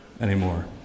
anymore